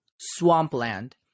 Swampland